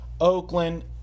Oakland